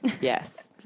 Yes